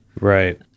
Right